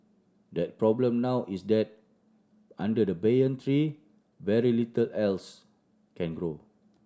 the problem now is that under the banyan tree very little else can grow